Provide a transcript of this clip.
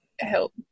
help